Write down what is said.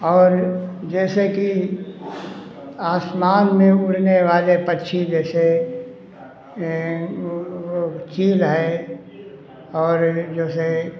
और जैसे कि आसमान में उड़ने वाले पक्षी जैसे वो वो चील हैं और जैसे